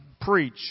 preach